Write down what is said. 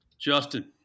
Justin